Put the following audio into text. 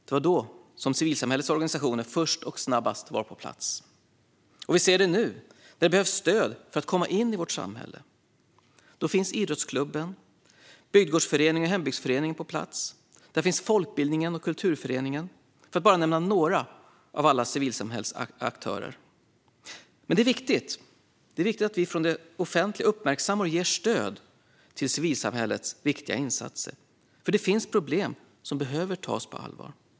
Då fanns civilsamhällets organisationer först och snabbast på plats. Och vi ser det nu när det behövs stöd för att komma in i vårt samhälle. Då finns idrottsklubben, bygdegårdsföreningen och hembygdsföreningen på plats. Där finns också folkbildningen och kulturföreningen - för att bara nämna några av alla civilsamhällesaktörer. Men det är viktigt att vi från det offentliga uppmärksammar och ger stöd till civilsamhällets viktiga insatser. Det finns problem som behöver tas på allvar.